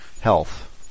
health